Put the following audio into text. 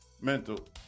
mental